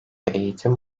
eğitim